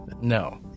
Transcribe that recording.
No